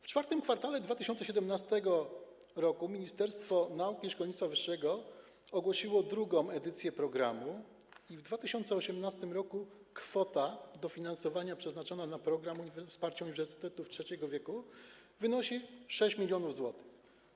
W IV kwartale 2017 r. Ministerstwo Nauki i Szkolnictwa Wyższego ogłosiło drugą edycję programu i w 2018 r. kwota dofinansowania przeznaczona na program „Wsparcie uniwersytetów trzeciego wieku” wynosi 6 mln zł.